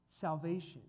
Salvation